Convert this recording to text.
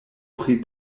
pri